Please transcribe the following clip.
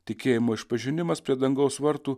tikėjimo išpažinimas prie dangaus vartų